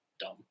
dumb